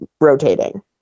rotating